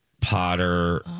Potter